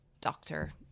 doctor